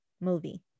movie